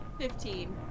Fifteen